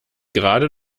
gerade